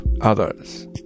others